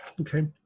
okay